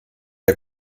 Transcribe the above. der